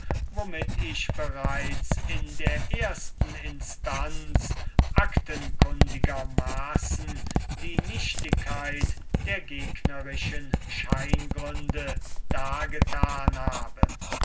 womit ich bereits in der ersten instanz actenkundigermaßen die nichtigkeit der gegnerischen scheingründe dargetan habe